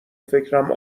فکرم